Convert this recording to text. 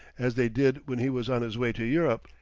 as they did when he was on his way to europe,